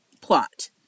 plot